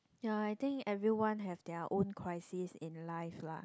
ya I think everyone have their own crisis in life lah